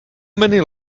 many